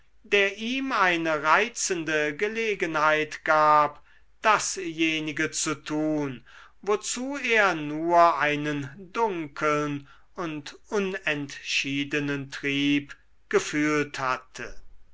der ihm eine reizende gelegenheit gab dasjenige zu tun wozu er nur einen dunkeln und unentschiedenen trieb gefühlt hatte